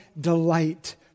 delight